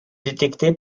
détecter